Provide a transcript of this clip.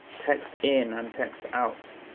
text in, and text out